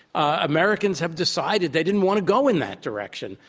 americans have decided they didn't want to go in that direction,